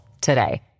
today